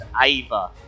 Ava